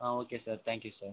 ah okay sir thank you sir